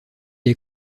est